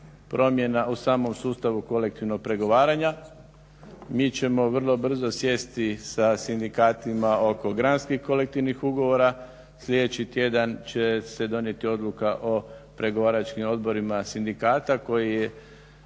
promjena u samom sustavu kolektivnog pregovaranja. Mi ćemo vrlo brzo sjesti sa sindikatima oko granskih kolektivnih ugovora. Sljedeći tjedan će se donijeti odluka o pregovaračkim odborima koji